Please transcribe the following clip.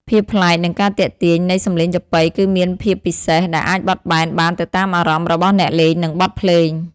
ភាពប្លែក និងការទាក់ទាញ នៃសម្លេងចាប៉ីគឺមានភាពពិសេស ដែលអាចបត់បែនបានទៅតាមអារម្មណ៍របស់អ្នកលេង និងបទភ្លេង។